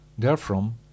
Therefrom